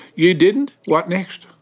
you didn't. what next?